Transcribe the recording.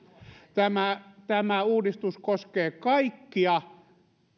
tämä tämä uudistus koskee kaikkia